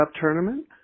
tournament